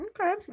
Okay